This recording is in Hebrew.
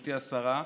גברתי השרה,